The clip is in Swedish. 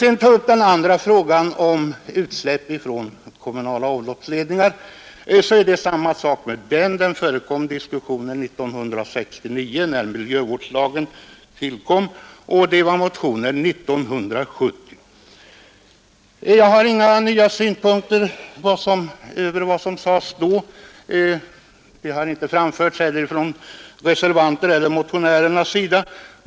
Även beträffande den andra frågan, om utsläpp från kommunala avloppsledningar, förekom diskussioner 1969 när miljöskyddslagen tillkom och det väcktes motioner 1970. Jag har inga nya synpunkter utöver vad som sades då. Det har inte heller framförts några sådana från reservanternas eller motionärernas sida.